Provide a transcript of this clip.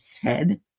head